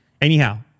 anyhow